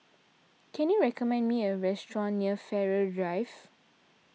can you recommend me a restaurant near Farrer Drive